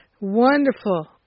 Wonderful